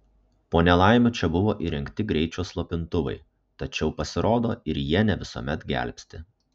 po nelaimių čia buvo įrengti greičio slopintuvai tačiau pasirodo ir jie ne visuomet gelbsti